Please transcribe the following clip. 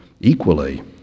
equally